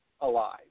alive